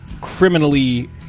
criminally